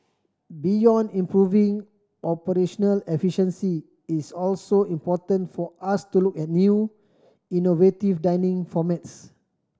beyond improving operational efficiency it's also important for us to look at new innovative dining formats